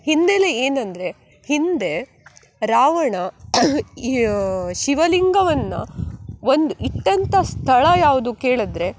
ಹಿನ್ನೆಲೆ ಏನಂದರೆ ಹಿಂದೆ ರಾವಣ ಈ ಶಿವಲಿಂಗವನ್ನು ಒಂದು ಇಟ್ಟಂಥ ಸ್ಥಳ ಯಾವುದು ಕೇಳಿದ್ರೆ